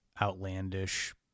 outlandish